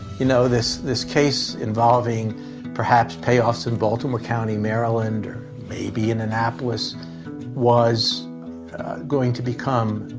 you know, this this case involving perhaps payoffs in baltimore county, maryland, or maybe in annapolis was going to become